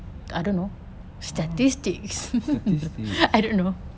um statistics